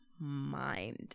mind